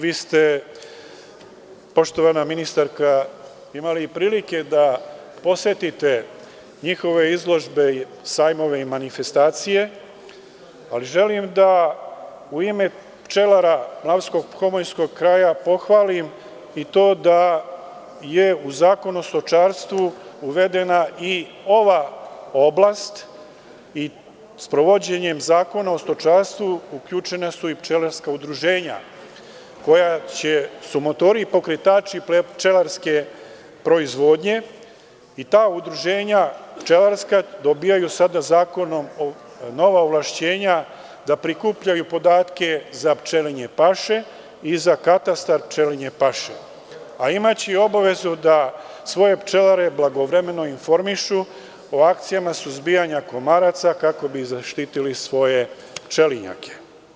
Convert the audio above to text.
Vi ste, poštovana ministarko, imali prilike da posetite njihove izložbe, sajmove i manifestacije, ali, želim da u ime pčelara mlavsko-homoljskog kraja pohvalim i to da je u Zakonu o stočarstvu uvedena i ova oblast i sprovođenjem Zakona o stočarstvu, uključena su i pčelarska udruženja, koji su motori i pokretači pčelarske proizvodnje i ta pčelarska udruženja dobijaju sada zakonom nova ovlašćenja da prikupljaju podatke za pčelinje paše i za katastar pčelinje paše, a imaće i obavezu da svoje pčelare blagovremeno informišu o akcijama suzbijanja komaraca, kako bi zaštitili svoje pčelinjake.